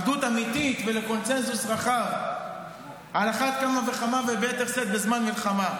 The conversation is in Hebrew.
לאחדות אמיתית ולקונסנזוס רחב על אחת כמה וכמה וביתר שאת בזמן מלחמה.